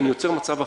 אני יוצר מצב הפוך.